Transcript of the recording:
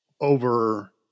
over